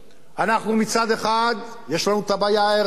מצד אחד יש לנו הבעיה האירנית